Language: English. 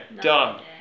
Done